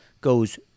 goes